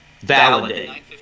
validate